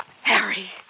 Harry